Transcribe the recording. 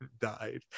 died